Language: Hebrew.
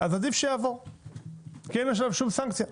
עדיף שיעבור כי אין שום סנקציה.